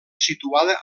situada